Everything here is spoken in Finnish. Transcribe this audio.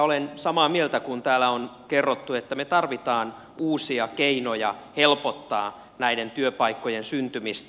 olen samaa mieltä kuin täällä on kerrottu että me tarvitsemme uusia keinoja helpottaa työpaikkojen syntymistä